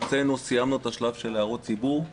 סיימנו את השלב של הערות הציבור.